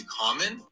common